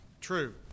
True